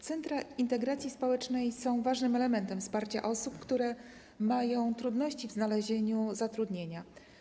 Centra integracji społecznej są ważnym elementem wsparcia osób, które mają trudności w znalezieniu zatrudnienia.